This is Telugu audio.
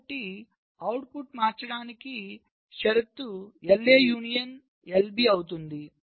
కాబట్టి అవుట్పుట్ మార్చడానికి షరతు LA యూనియన్ LB అవుతుంది